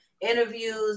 interviews